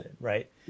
right